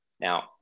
Now